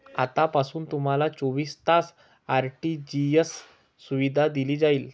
आतापासून तुम्हाला चोवीस तास आर.टी.जी.एस सुविधा दिली जाईल